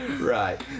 Right